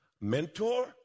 mentor